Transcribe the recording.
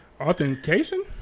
authentication